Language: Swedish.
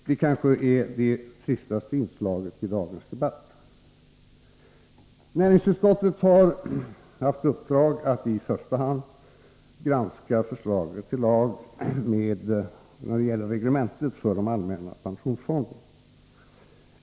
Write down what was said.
Det är kanske det tristaste inslaget i dagens debatt. Näringsutskottet har haft i uppdrag att i första hand granska förslaget till lag med reglemente för allmänna pensionsfonden.